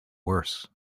worse